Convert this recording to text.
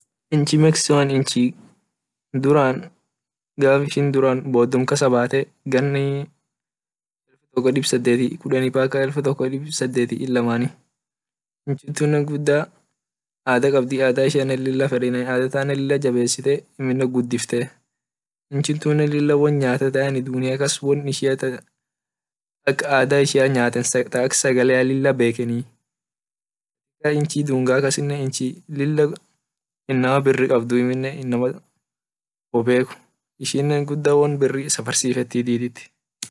Inchi mexico gafi ishin duran bodum kasabat woga elfu toko dib sadeti kudeni gan elfu toko dib sadeti ilamani inchi tu guda ada kabd ada ishiane lila feden lila jabesen gudifte inchi tunne lila wonyat ak ada ishia nyate won ak sagale lila beken inchi dunga kasine hinbeke lila ianama biri kabd inama wobek ishine lila wosfarsifet.